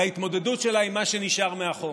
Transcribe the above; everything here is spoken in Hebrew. להתמודדות שלה עם מה שנשאר מאחור.